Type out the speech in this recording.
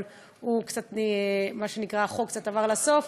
אבל מה שנקרא החוק קצת עבר לסוף.